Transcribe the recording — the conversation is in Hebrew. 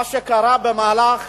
מה שקרה במהלך